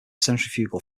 centrifugal